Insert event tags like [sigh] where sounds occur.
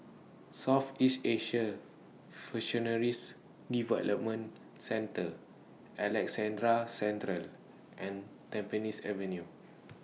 Southeast Asian [unintelligible] Development Centre Alexandra Central and Tampines Avenue